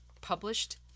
published